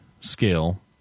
scale